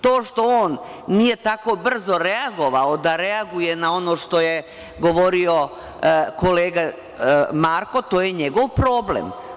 To što on nije tako brzo reagovao da reaguje na ono što je govorio kolega Marko, to je njegov problem.